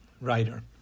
writer